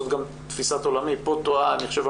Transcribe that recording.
זו גם תפיסת עולמי ופה אני חושב שטועה